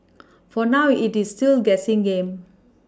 for now it is still a guessing game